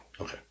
Okay